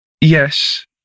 yes